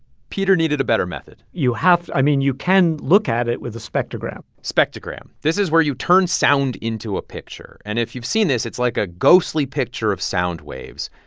peter needed a better method you have i mean, you can look at it with a spectrogram spectrogram this is where you turn sound into a picture. and if you've seen this, it's like a ghostly picture of sound waves.